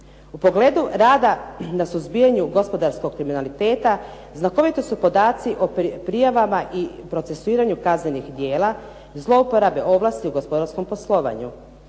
U pogledu rada na suzbijanju gospodarskog kriminaliteta znakoviti su podaci o prijavama i procesuiranju kaznenih djela zlouporabe ovlasti u gospodarskom poslovanju.